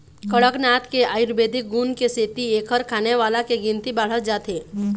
कड़कनाथ के आयुरबेदिक गुन के सेती एखर खाने वाला के गिनती बाढ़त जात हे